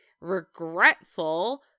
regretful